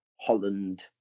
Holland